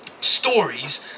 stories